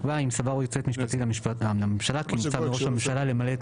שיקבע 'אם סבר היועץ המשפטי לממשלה כי נבצר מראש הממשלה למלא את